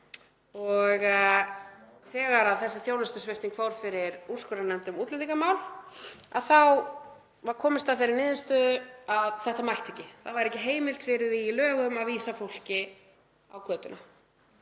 Þegar þessi þjónustusvipting fór fyrir úrskurðarnefnd um útlendingamál var komist að þeirri niðurstöðu að þetta mætti ekki, það væri ekki heimild fyrir því í lögum að vísa fólki á götuna.